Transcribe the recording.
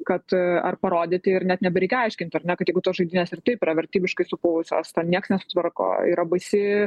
kad ar parodyti ir net nebereikia aiškint ar ne kad jeigu tos žaidynės ir taip yra vertybiškai supuvusios to nieks nesutvarko yra baisi